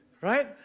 right